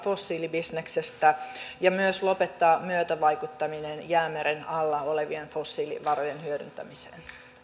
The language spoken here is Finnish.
fossiilibisneksestä ja myös lopettaa myötävaikuttaminen jäämeren alla olevien fossiilivarojen hyödyntämiseen